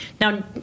now